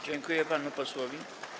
Dziękuję panu posłowi.